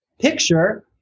picture